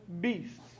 beasts